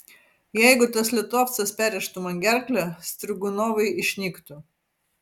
jeigu tas litovcas perrėžtų man gerklę strigunovai išnyktų